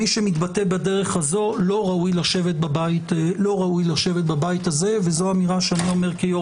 מי שמתבטא בדרך הזו לא ראוי לשבת בבית הזה וזו אמירה שאני אומר כיו"ר